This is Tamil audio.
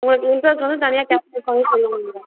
உங்களுக்கு இன்ட்ரெஸ்ட் வந்து தனியாக கேப்சர்